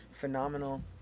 phenomenal